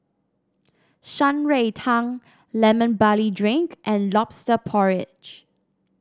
Shan Rui Tang Lemon Barley Drink and lobster porridge